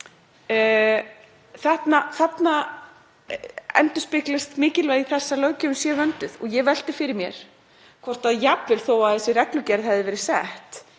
Þarna endurspeglast mikilvægi þess að löggjöfin sé vönduð. Ég velti fyrir mér hvort jafnvel þó að þessi reglugerð hefði verið sett,